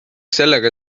sellega